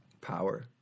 Power